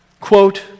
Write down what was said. quote